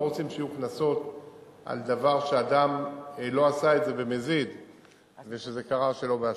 לא רוצים שיהיו קנסות על דבר שאדם לא עשה במזיד וכשזה קרה שלא באשמתו.